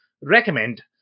recommend